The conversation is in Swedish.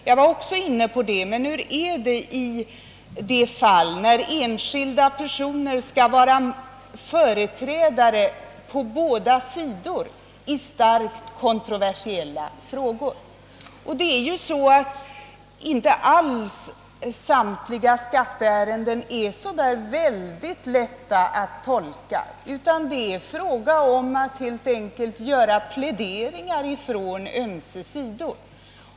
Jag var också inne på detta, men hur blir det i det fall då enskilda personer skall företräda båda sidor i starkt kontroversiella frågor? Alla skatteärenden är inte så väldigt lätta att tolka, utan det gäller att göra pläderingar från ömse sidor.